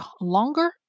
longer